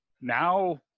Now